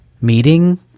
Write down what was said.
meeting